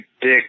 Dick